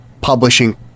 publishing